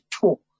talk